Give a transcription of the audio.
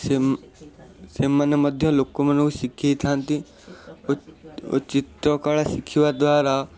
same ସେମାନେ ମଧ୍ୟ ଲୋକମାନଙ୍କୁ ଶିଖାଇଥାନ୍ତି ଚିତ୍ରକଳା ଶିଖିବା ଦ୍ୱାରା